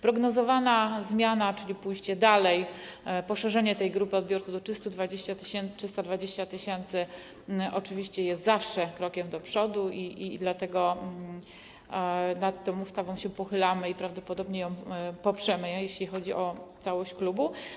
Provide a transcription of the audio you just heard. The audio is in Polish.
Prognozowana zmiana, czyli pójście dalej, poszerzenie tej grupy odbiorców do 320 tys., oczywiście jest zawsze krokiem do przodu, i dlatego nad tą ustawą się pochylamy i prawdopodobnie ją poprzemy, jeśli chodzi o całość klubu.